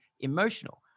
emotional